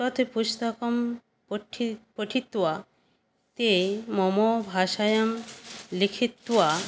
तत्पुस्तकं पठि पठित्वा ते मम भाषायां लिखित्वा